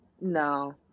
No